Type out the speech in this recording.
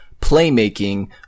playmaking